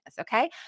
okay